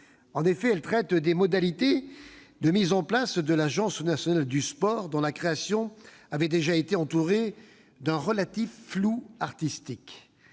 : elles traitent des modalités de mise en place de l'Agence nationale du sport, dont la création avait déjà été entourée d'un relatif flou artistique.